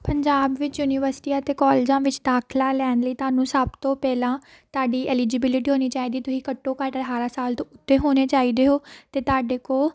ਪੰਜਾਬ ਵਿੱਚ ਯੂਨੀਵਰਸਿਟੀਆਂ ਅਤੇ ਕੋਲਜਾਂ ਵਿੱਚ ਦਾਖਲਾ ਲੈਣ ਲਈ ਤੁਹਾਨੂੰ ਸਭ ਤੋਂ ਪਹਿਲਾਂ ਤੁਹਾਡੀ ਐਲੀਜੀਬਿਲਿਟੀ ਹੋਣੀ ਚਾਹੀਦੀ ਤੁਸੀਂ ਘੱਟੋ ਘੱਟ ਅਠਾਰਾਂ ਸਾਲ ਤੋਂ ਉੱਤੇ ਹੋਣੇ ਚਾਹੀਦੇ ਹੋ ਅਤੇ ਤੁਹਾਡੇ ਕੋਲ